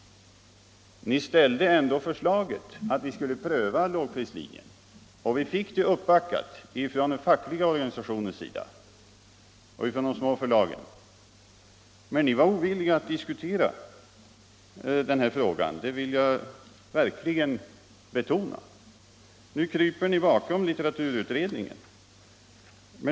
Ni ställde ändå förslaget att pröva lågprislinjen, och förslaget backades upp från den fackliga organisationens sida och ifrån de små förlagen. Men ni var ovilliga att diskutera den här frågan, det vill jag verkligen betona. Nu kryper ni bakom litteraturutredningen.